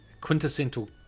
quintessential